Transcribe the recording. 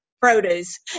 produce